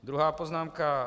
Druhá poznámka.